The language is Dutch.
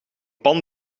pan